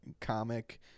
comic